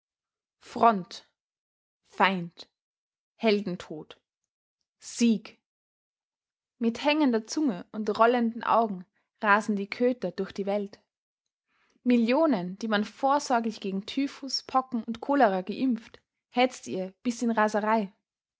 front feind heldentod sieg mit hängender zunge und rollenden augen rasen die köter durch die welt millionen die man vorsorglich gegen typhus pocken und cholera geimpft hetzt ihr bis in raserei